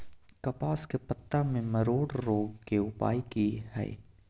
कपास के पत्ता में मरोड़ रोग के उपाय की हय?